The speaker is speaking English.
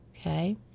okay